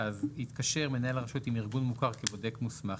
יתקשר מנהל הרשות עם ארגון מוכר כבודק מוסמך,